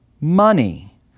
money